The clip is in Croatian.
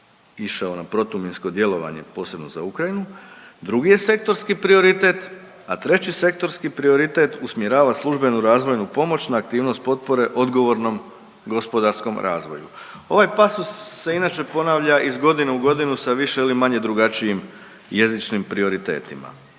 išao na protuminsko djelovanje posebno za Ukrajinu, „drugi je sektorski prioritet, a treći sektorski prioritet usmjerava službenu razvojnu pomoć na aktivnost potpore odgovornom gospodarskom razvoju“. Ovaj pasus se inače ponavlja iz godine u godinu sa više ili manje drugačijim jezičnim prioritetima.